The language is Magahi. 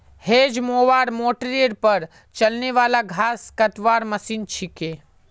हेज मोवर मोटरेर पर चलने वाला घास कतवार मशीन छिके